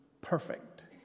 perfect